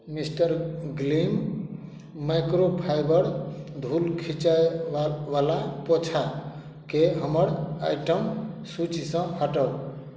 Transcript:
mister glam microfiber धूल खीचयवला पोछाकेँ हमर आइटम सूचीसॅं हटाउ